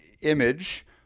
image